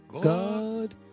God